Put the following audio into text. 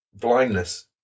blindness